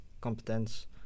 competence